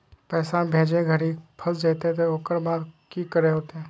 पैसा भेजे घरी फस जयते तो ओकर बाद की करे होते?